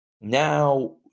now –